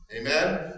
Amen